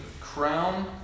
crown